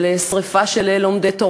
של שרפה של לומדי תורה,